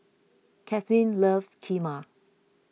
Kathlyn loves Kheema